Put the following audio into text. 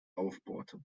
aufbohrte